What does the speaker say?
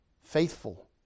faithful